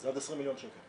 זה עד 20 מיליון שקל.